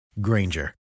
Granger